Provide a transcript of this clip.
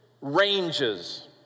ranges